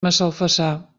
massalfassar